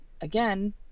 Again